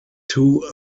two